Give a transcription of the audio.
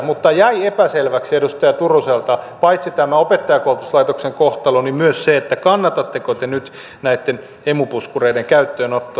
mutta jäi epäselväksi edustaja turuselta paitsi tämä opettajankoulutuslaitoksen kohtalo myös se kannatatteko te nyt näitten emu puskureiden käyttöönottoa